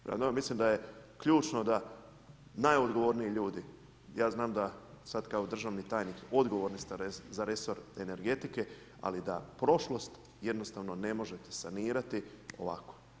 Prema tome, mislim da je ključno da najodgovorniji ljudi, ja znam da sad kao državni tajnik odgovorni ste za resor energetike, ali da prošlost jednostavno ne možete sanirati ovako.